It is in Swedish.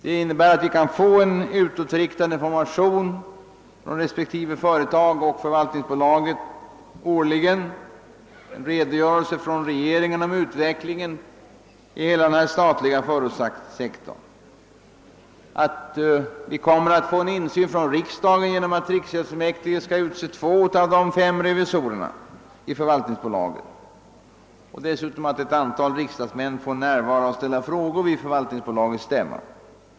Det innebär att vi kan få en utåtriktad information från respektive företag och förvaltningsbolaget årligen, en redogörelse från regeringen om utvecklingen i hela den statliga företagssektorn, att vi kommer att få en insyn från riksdagen genom att riksgäldsfullmäktige skall tillsätta två av de fem revisorerna i förvaltningsbolaget och dessutom att ett antal riksdagsmän får närvara och ställa frågor vid förvaltningsbolagets stämma.